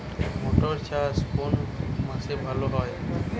মটর চাষ কোন মাসে ভালো হয়?